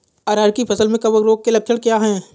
अरहर की फसल में कवक रोग के लक्षण क्या है?